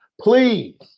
Please